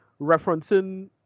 referencing